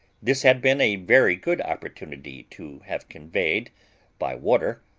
this had been a very good opportunity to have conveyed by water,